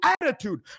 attitude